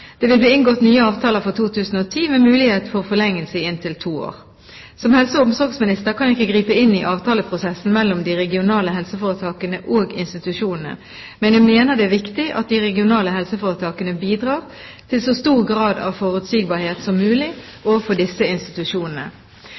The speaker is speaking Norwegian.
Det vil bli inngått nye avtaler for 2010, med mulighet for forlengelse i inntil to år. Som helse- og omsorgsminister kan jeg ikke gripe inn i avtaleprosessen mellom de regionale helseforetakene og institusjonene, men jeg mener det er viktig at de regionale helseforetakene bidrar til så stor grad av forutsigbarhet som mulig overfor disse institusjonene.